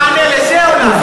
תענה על זה, אולי.